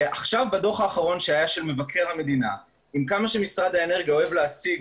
בדוח האחרון של מבקר המדינה עם כל זה שמשרד האנרגיה אוהב להציג